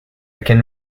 can